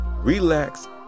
relax